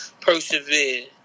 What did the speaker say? persevere